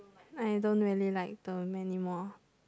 I don't really like them anymore